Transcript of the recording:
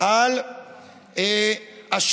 על איך